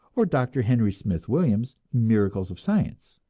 or dr. henry smith williams' miracles of science.